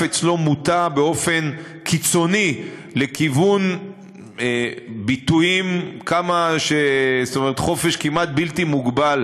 אצלו מוטה באופן קיצוני לכיוון חופש כמעט בלתי מוגבל